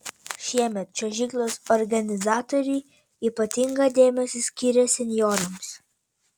šiemet čiuožyklos organizatoriai ypatingą dėmesį skiria senjorams